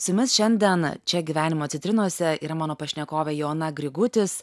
su jumis šiandien čia gyvenimo citrinose yra mano pašnekovė joana grigutis